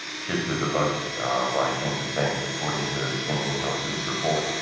shifted the vote by ten percent, according to a kenyan intelligence report,